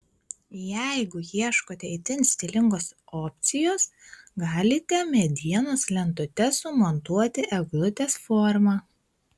jeigu ieškote itin stilingos opcijos galite medienos lentutes sumontuoti eglutės forma